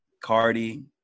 Cardi